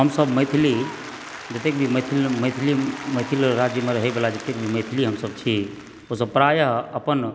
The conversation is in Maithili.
हमसब मैथिली जतेक भी मैथिल मैथिली मैथिल राज्यमे रहए वला जतेक भी मैथिली हमसब छी ओसब प्रायः अपन